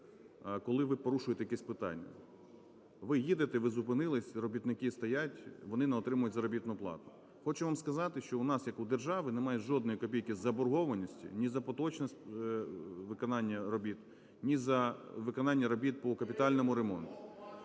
коли ви порушуєте якесь питання. Ви їдете, ви зупинились, робітники стоять – вони не отримують заробітну плату. Хочу вам сказати, що у нас як у держави немає жодної копійки заборгованості ні за поточне виконання робіт, ні за виконання робіт по капітальному ремонту.